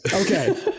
Okay